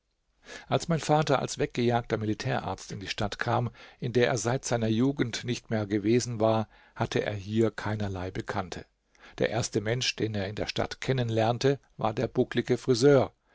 als mein vater als weggejagter militärarzt in die stadt kam in der er seit seiner jugend nicht mehr gewesen war hatte er hier keinerlei bekannte der erste mensch den er in der stadt kennenlernte war der bucklige friseur